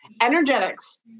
Energetics